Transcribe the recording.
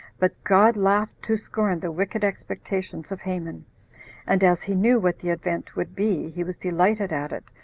but god laughed to scorn the wicked expectations of haman and as he knew what the event would be, he was delighted at it,